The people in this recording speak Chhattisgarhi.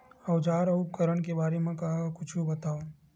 औजार अउ उपकरण के बारे मा कुछु बतावव?